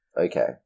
Okay